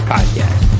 Podcast